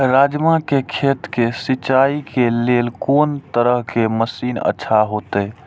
राजमा के खेत के सिंचाई के लेल कोन तरह के मशीन अच्छा होते?